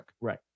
Right